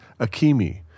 Akimi